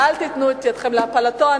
ואל תיתנו את ידיכם להפלתה.